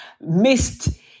missed